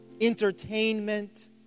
entertainment